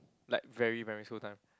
like very primary school time